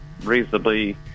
reasonably